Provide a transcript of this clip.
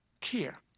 care